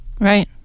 Right